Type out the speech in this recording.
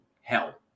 hell